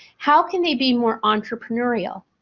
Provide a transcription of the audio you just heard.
how can they be more entrepreneurial.